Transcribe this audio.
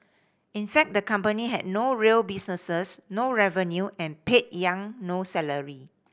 in fact the company had no real business no revenue and paid Yang no salary